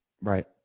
Right